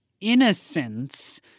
innocence